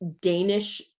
Danish